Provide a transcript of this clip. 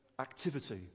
activity